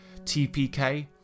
TPK